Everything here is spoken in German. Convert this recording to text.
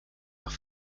nach